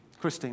Christine